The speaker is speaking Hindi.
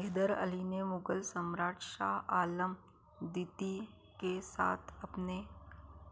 हैदर अली ने मुगल सम्राट शाह आलम द्वितीय के साथ अपने